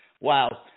Wow